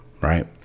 Right